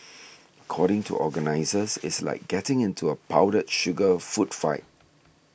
according to organisers it's like getting into a powdered sugar of food fight